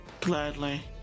Gladly